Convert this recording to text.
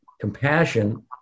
compassion